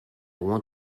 want